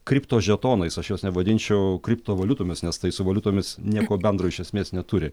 kriptožetonais aš jos nevadinčiau kriptovaliutomis nes tai su valiutomis nieko bendro iš esmės neturi